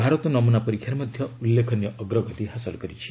ଭାରତ ନମୂନା ପରୀକ୍ଷାରେ ମଧ୍ୟ ଉଲ୍ଲେଖନୀୟ ଅଗ୍ରଗତି ହାସଲ କରିଛି